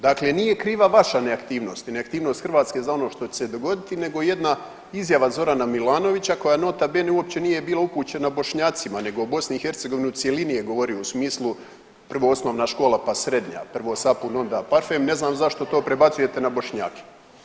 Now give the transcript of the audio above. Dakle, nije kriva naša neaktivnost, neaktivnost Hrvatske za ono što će se dogoditi, nego jedna izjava Zorana Milanovića koja nota bene uopće nije bila upućena Bošnjacima, nego BiH u cjelini je govorio u smislu prvo osnovna škola, pa srednja, prvo sapun onda parfem Ne znam zašto to prebacujete na Bošnjake.